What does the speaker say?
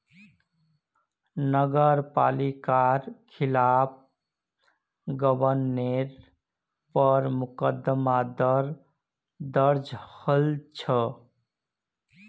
नगर पालिकार खिलाफ गबनेर पर मुकदमा दर्ज हल छ